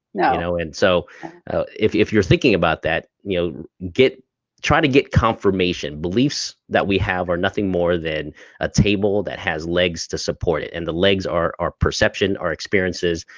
yeah you know and so if if you're thinking about that, you know try to get confirmation. beliefs that we have are nothing more than a table that has legs to support it and the legs are our perception, our experiences,